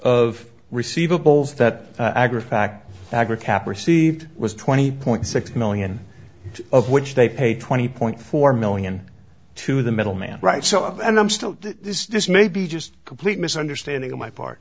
of receivables that agrah fact agrah cap received was twenty point six million of which they paid twenty point four million to the middle man right so of and i'm still this may be just a complete misunderstanding on my part